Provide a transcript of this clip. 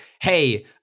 hey